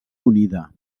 unida